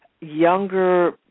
younger